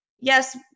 Yes